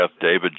David